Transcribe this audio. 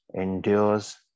endures